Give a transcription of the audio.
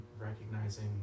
recognizing